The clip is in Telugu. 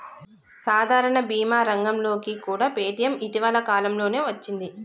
సాధారణ భీమా రంగంలోకి కూడా పేటీఎం ఇటీవల కాలంలోనే వచ్చింది